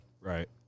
Right